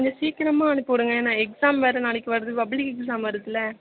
கொஞ்சம் சீக்கிரமாக அனுப்பிவிடுங்க ஏன்னா எக்ஸாம் வேறு நாளைக்கு வருது பப்ளிக் எக்ஸாம் வருதுல்ல